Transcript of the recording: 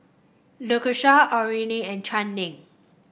Lakesha Orene and Channing